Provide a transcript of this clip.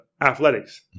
athletics